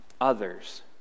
others